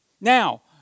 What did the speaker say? Now